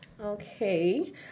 Okay